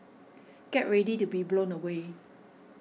get ready to be blown away